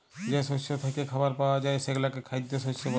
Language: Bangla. যে শস্য থ্যাইকে খাবার পাউয়া যায় সেগলাকে খাইদ্য শস্য ব্যলে